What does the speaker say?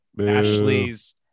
Ashley's